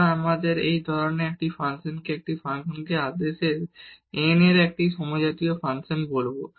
সুতরাং আমরা এই ধরনের একটি ফাংশনকে একটি ফাংশনকে আদেশ n এর একটি সমজাতীয় ফাংশন বলব